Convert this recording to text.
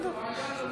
לא היה,